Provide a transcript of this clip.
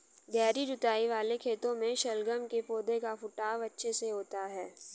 गहरी जुताई वाले खेतों में शलगम के पौधे का फुटाव अच्छे से होता है